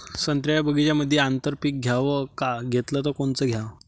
संत्र्याच्या बगीच्यामंदी आंतर पीक घ्याव का घेतलं च कोनचं घ्याव?